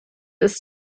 ist